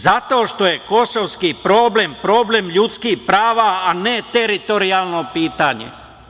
Zato što je kosovski problem problem ljudskih prava, a ne teritorijalno pitanje.